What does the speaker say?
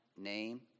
name